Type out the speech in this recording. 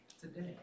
today